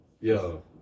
Yo